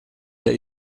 der